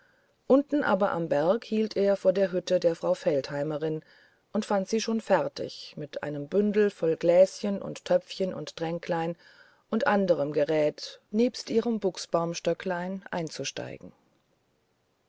unten aber am berg hielt er vor der hütte der frau feldheimerin und fand sie schon fertig mit einem bündel voll gläschen und töpfchen und tränklein und anderem geräte nebst ihrem buchsbaumstöcklein einzusteigen